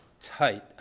Tight